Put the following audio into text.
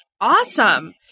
Awesome